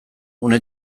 une